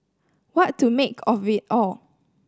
what to make of it all